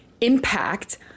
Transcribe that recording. impact